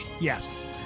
Yes